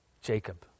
Jacob